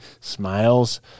smiles